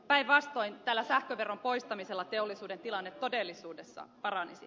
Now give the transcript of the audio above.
päinvastoin tällä sähköveron poistamisella teollisuuden tilanne todellisuudessa paranisi